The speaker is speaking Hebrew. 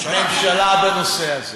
בממשלה בנושא הזה.